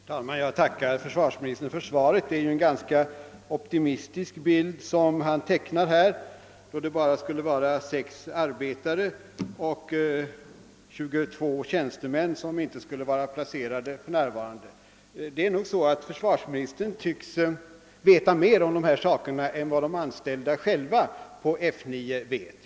Herr talman! Jag tackar försvarsministern för svaret. Den bild försvarsministern här tecknat är ganska optimistisk. Det skulle enligt svaret endast vara 6 arbetare och 22 tjänstemän som inte är placerade för närvarande. Försvarsministern tycks veta mer om dessa saker än de anställda på F 9 vet.